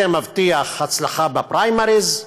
זה מבטיח הצלחה בפריימריז,